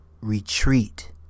retreat